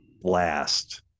blast